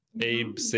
Abe